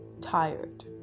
tired